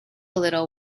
little